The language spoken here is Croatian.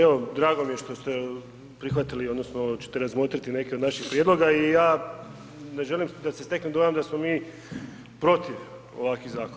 Evo, drago mi je što ste prihvatili odnosno ćete razmotriti neke od našij prijedloga i ja ne želim da se stekne dojam da smo mi protiv ovakvih zakona.